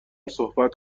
صحبت